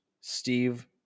Steve